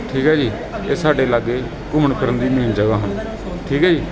ਠੀਕ ਹੈ ਜੀ ਇਹ ਸਾਡੇ ਲਾਗੇ ਘੁੰਮਣ ਫਿਰਨ ਦੀ ਮੇਨ ਜਗ੍ਹਾ ਹਨ ਠੀਕ ਹੈ ਜੀ